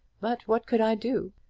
but what could i do?